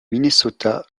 minnesota